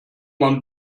man